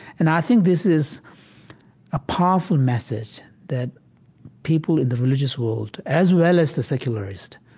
and i think this is a powerful message that people in the religious world, as well as the secularist,